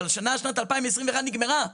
אבל השנה, שנת 2021 נגמרה.